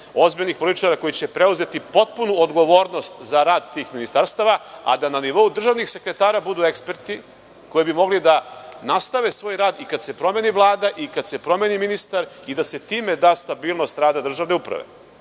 Ozbiljnih političara koji će preuzeti potpunu odgovornost za rad tih ministarstava, a da na nivou državnih sekretara budu eksperti koji bi mogli da nastave svoj rad i kad se promeni Vlada i kada se promeni ministar i da se time da stabilnost rada državne uprave. Znači,